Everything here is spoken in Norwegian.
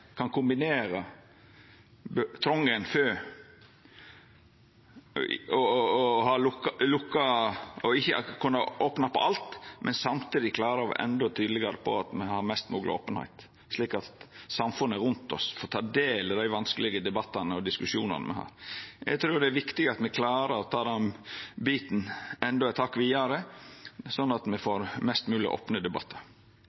kan kombinera trongen for å ikkje kunna opna på alt, men samtidig klara å vera enda tydelegare på at me har mest mogleg openheit, slik at samfunnet rundt oss får ta del i dei vanskelege debattane og diskusjonane me har. Eg trur det er viktig at me klarer å ta den biten enda eit hakk vidare, sånn at me